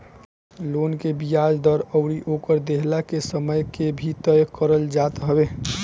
loan के बियाज दर अउरी ओकर देहला के समय के भी तय करल जात हवे